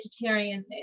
vegetarian